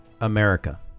America